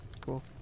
cool